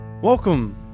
Welcome